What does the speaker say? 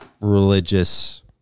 religious